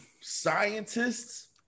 Scientists